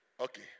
Okay